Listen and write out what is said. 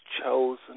chosen